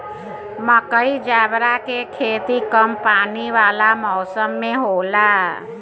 मकई, जवार बजारा के खेती कम पानी वाला मौसम में होत हवे